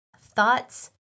thoughts